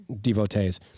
devotees